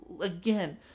again